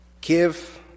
give